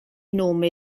nome